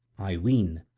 i ween,